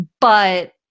But-